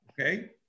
Okay